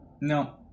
No